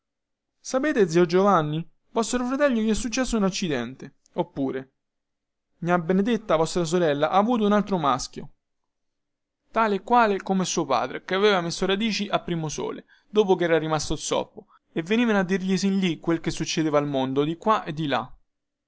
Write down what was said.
sapete zio giovanni vostro fratello gli è successo un accidente oppure gnà benedetta vostra sorella ha avuto un altro maschio tale e quale come suo padre che aveva messo radici a primosole dopo che era rimasto zoppo e venivano a dirgli sin lì quel che succedeva al mondo di qua e di là